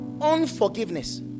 Unforgiveness